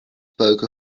spoke